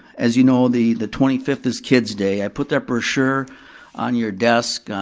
as you know, the the twenty fifth is kids' day. i put that brochure on your desk,